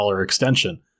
extension